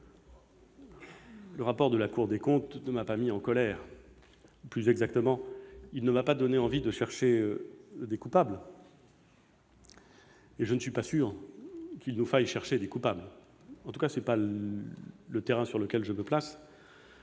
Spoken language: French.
rapport de la Cour des comptes ne m'a pas mis en colère. Plus exactement, il ne m'a pas donné envie de rechercher des coupables, et je ne suis pas sûr qu'il nous faille rechercher des coupables. En tout cas, tel n'est pas le terrain sur lequel je me place.